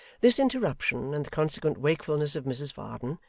this interruption, and the consequent wakefulness of mrs varden,